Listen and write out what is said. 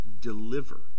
deliver